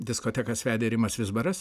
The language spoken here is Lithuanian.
diskotekas vedė rimas vizbaras